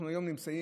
אנחנו היום נמצאים,